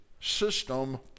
system